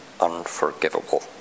unforgivable